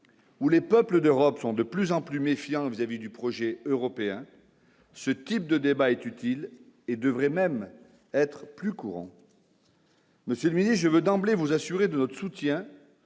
ou les peuples d'Europe sont de plus en plus méfiants vis-à-vis du projet européen, ce type de débat est utile et devrait même être plus courant. Monsieur lui je veux d'emblée vous assurer de notre soutien